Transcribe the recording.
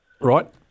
Right